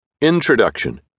introduction